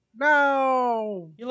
No